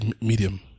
medium